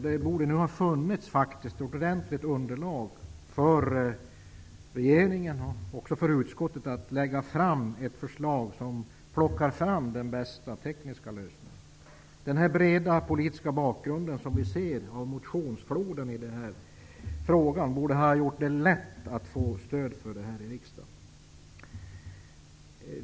Det borde nu finnas ett ordentligt underlag för regeringen och utskottet för att lägga fram ett förslag som ger den bästa tekniska lösningen. Den breda politiska bakgrunden som vi ser i motionsfloden till denna fråga borde ha gjort det lätt att få stöd i riksdagen.